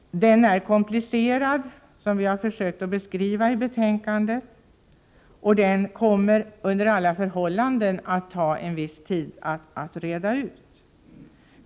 Den frågan är komplicerad, som vi har försökt beskriva i betänkandet, och kommer under alla förhållanden att ta en viss tid att reda ut.